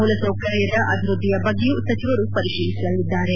ಮೂಲಸೌಕರ್ಯದ ಅಭಿವೃದ್ದಿಯ ಬಗ್ಗೆಯೂ ಸಚಿವರು ಪರಿಶೀಲಿಸಲಿದ್ದಾರೆ